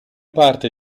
parte